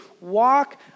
walk